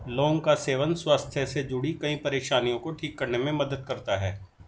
लौंग का सेवन स्वास्थ्य से जुड़ीं कई परेशानियों को ठीक करने में मदद करता है